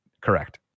Correct